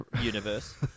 universe